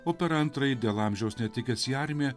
o per antrąjį dėl amžiaus netikęs į armiją